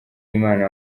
imana